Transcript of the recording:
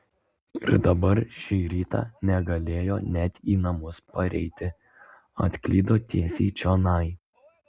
ir dabar šį rytą negalėjo net į namus pareiti atklydo tiesiai čionai